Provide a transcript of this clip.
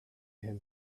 him